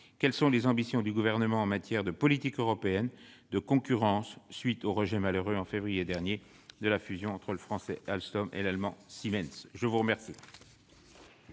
quelles sont les ambitions du Gouvernement en matière de politique européenne de concurrence après le rejet regrettable, en février dernier, de la fusion entre le français Alstom et l'allemand Siemens ? La parole